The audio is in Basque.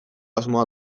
asmoa